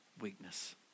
weakness